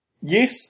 yes